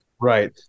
Right